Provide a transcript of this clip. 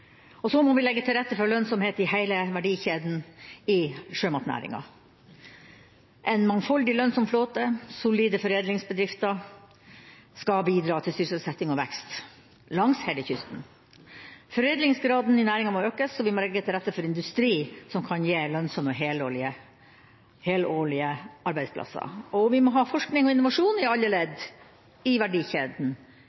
Så må vi legge til rette for lønnsomhet i hele verdikjeden innen sjømatnæringa. En mangfoldig, lønnsom flåte og solide foredlingsbedrifter skal bidra til sysselsetting og vekst langs hele kysten. Foredlingsgraden i næringa må økes, og vi må legge til rette for industri som kan gi lønnsomme og helårlige arbeidsplasser. Vi må ha forskning og innovasjon i alle ledd i verdikjeden,